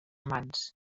mans